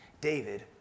David